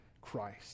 Christ